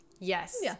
Yes